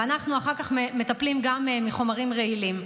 ואנחנו אחר כך מטפלים גם בחומרים רעילים.